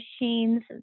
machines